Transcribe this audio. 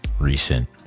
recent